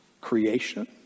creation